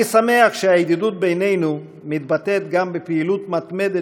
אני שמח שהידידות בינינו מתבטאת גם בפעילות מתמדת